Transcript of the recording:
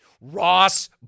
Ross